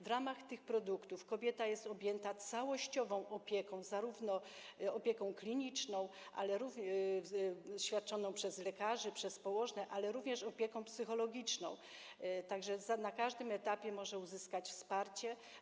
W ramach tych produktów kobieta jest objęta całościową opieką, zarówno opieką kliniczną świadczoną przez lekarzy, przez położne, jak i opieką psychologiczną, tak że na każdym etapie może uzyskać wsparcie.